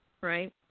Right